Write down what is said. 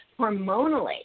hormonally